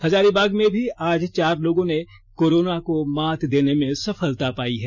हजारीबाग में भी चार लोगों ने कोरोना को मात देने में सफलता पाई हैं